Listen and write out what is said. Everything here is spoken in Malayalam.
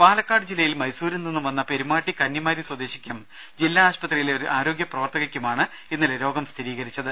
രേര പാലക്കാട് ജില്ലയിൽ മൈസൂരിൽ നിന്നും വന്ന പെരുമാട്ടി കന്നിമാരി സ്വദേശിക്കും ജില്ലാ ആശുപത്രിയിലെ ഒരു ആരോഗ്യപ്രവർത്തകക്കുമാണ് ഇന്നലെ രോഗം സ്ഥിരീകരിച്ചത്